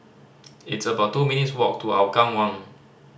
it's about two minutes' walk to Hougang One